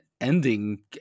ending